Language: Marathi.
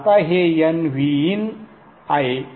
आता हे nVin आहे